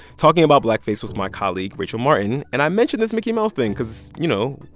talking about blackface with my colleague rachel martin. and i mentioned this mickey mouse thing because, you know,